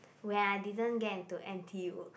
when I didn't get into n_t_u